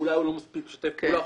אולי הוא לא מספיק משתף פעולה.